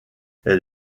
elle